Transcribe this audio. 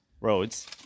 roads